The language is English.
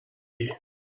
you